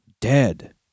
dead